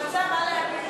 מצא מה להגיד.